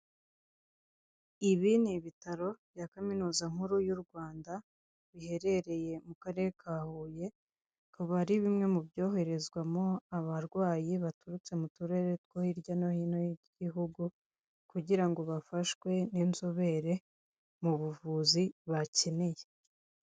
Ibi ni ibitaro bya kaminuza nkuru y'u Rwanda biherereye mu karere ka Huye bikaba ari bimwe mu byoherezwamo abarwayi baturutse mu turere two hirya no hino mu gihugu kugira ngo bafashwe n'inzobere mu buvuzi bakeneye